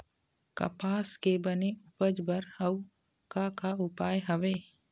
कपास के बने उपज बर अउ का का उपाय हवे?